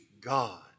God